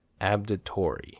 Abditory